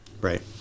right